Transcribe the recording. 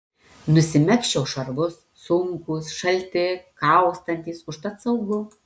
nusimegzčiau šarvus sunkūs šalti kaustantys užtat saugu